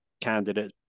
candidates